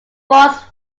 falls